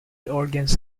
organs